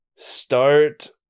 start